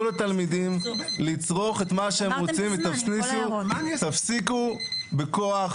לתלמידים לצרוך את מה שהם רוצים ותפסיקו בכוח,